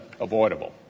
avoidable